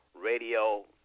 Radio